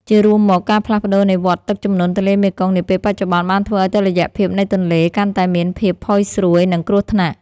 ជារួមមក ការផ្លាស់ប្តូរនៃវដ្តទឹកជំនន់ទន្លេមេគង្គនាពេលបច្ចុប្បន្ន បានធ្វើឱ្យតុល្យភាពនៃទន្លេ កាន់តែមានភាពផុយស្រួយ និងគ្រោះថ្នាក់។